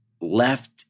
left